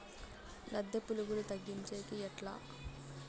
లద్దె పులుగులు తగ్గించేకి ఎట్లా?